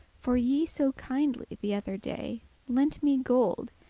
for ye so kindely the other day lente me gold,